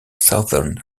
southern